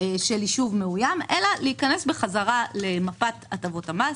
של ישוב מאוים אלא להיכנס בחזרה למפת הטבות המס,